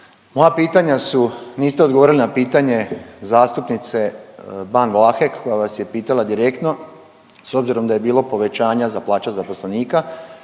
Moja pitanja su, niste odgovorili na pitanje zastupnice Ban Vlahek koja vas je pitala direktno s obzirom da je bilo povećanja za plaća zaposlenika,